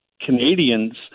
Canadians